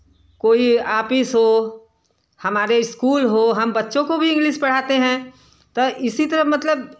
कोई आपिस हो हमारे स्कूल हो हम बच्चों को भी इंग्लिस पढ़ाते हैं तो इसी तरह मतलब